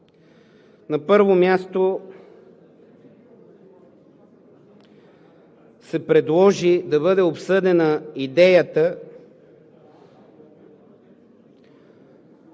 На първо място се предложи да бъде обсъдена идеята